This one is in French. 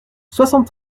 soixante